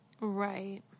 Right